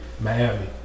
Miami